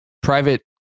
Private